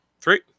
three